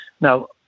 Now